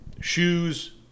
shoes